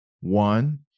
One